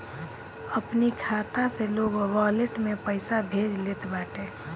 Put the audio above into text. अपनी खाता से लोग वालेट में पईसा भेज लेत बाटे